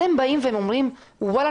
אתם באים ואומרים: ואללה,